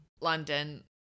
London